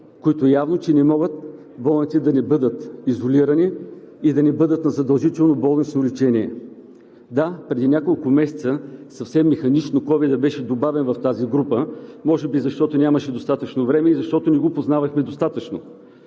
които явно, че не могат болните да не бъдат изолирани и да не бъдат на задължително болнично лечение. Да, преди няколко месеца съвсем механично ковид беше добавен в тази група, може би защото нямаше достатъчно време и защото не го познавахме достатъчно.